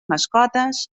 mascotes